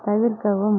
தவிர்க்கவும்